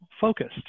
focused